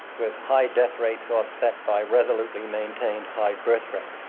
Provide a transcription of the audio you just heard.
with high death rates offset by resolutely maintained high birthrates.